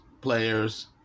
players